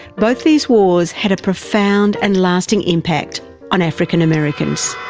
both these wars had a profound and lasting impact on african americans.